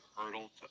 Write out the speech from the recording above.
hurdle